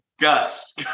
Gus